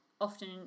often